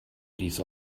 dies